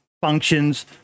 functions